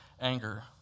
anger